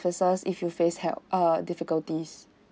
offices if you face help err difficulties